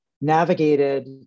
navigated